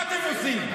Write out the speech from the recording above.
מה אתם עושים?